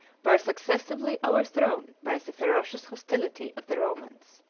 were successively overthrown by the ferocious hostility of the romans.